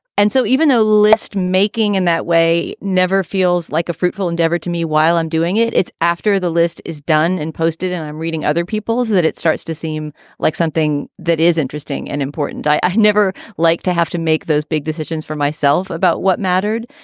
and so even though list making in that way never feels like a fruitful endeavor to me while i'm doing it, it's after the list is done and posted and i'm reading other people's that it starts to seem like something that is interesting and important. i never like to have to make those big decisions for myself about what mattered,